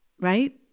right